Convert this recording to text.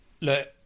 look